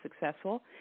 successful